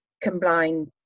combined